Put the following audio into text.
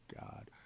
God